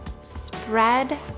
Spread